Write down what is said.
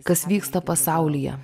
kas vyksta pasaulyje